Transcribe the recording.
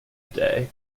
day